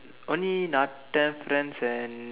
only natan friends and